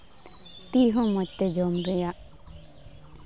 ᱛᱤ ᱦᱚᱸ ᱢᱚᱡᱽ ᱛᱮ ᱡᱚᱢ ᱨᱮᱭᱟᱜ